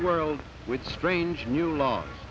world with strange new laws